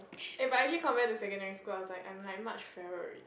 eh but actually compared to secondary school I was like I'm like much fairer already